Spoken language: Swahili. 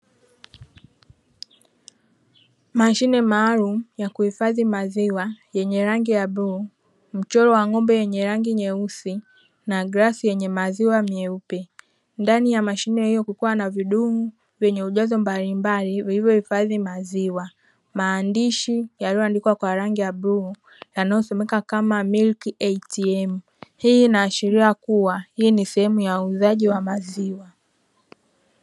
Mashine maalumu ya kuhifadhi maziwa yenye rangi ya bluu, mchoro wa ng'ombe wenye rangi nyeusi na glasi yenye maziwa meupe. Ndani ya mashine hiyo kukiwa na vidumu vyenye ujazo mbalimbali vilivyohifadhi maziwa. Maandishi yaliyoandikwa kwa rangi ya bluu yanayosomeka kama "Milk ATM". Hii inaashiria kuwa hii ni sehemu ya uuzaji wa maziwa.